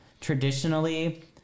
Traditionally